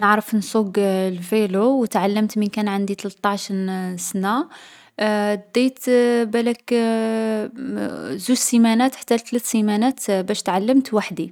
نعرف نسوق الفيلو و تعلمت من كان عندي ثلطاعشن سنة. ديت بالاك زوج سيمانات حتى ثلث سيمانات باش تعلّمت وحدي.